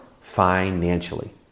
financially